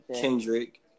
Kendrick